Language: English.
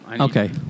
Okay